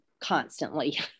constantly